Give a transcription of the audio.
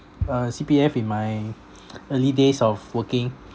uh C_P_F in my early days of working